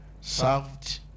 served